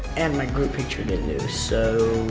and my group picture to do. so,